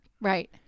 Right